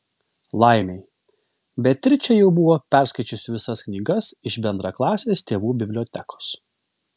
laimei beatričė jau buvo perskaičiusi visas knygas iš bendraklasės tėvų bibliotekos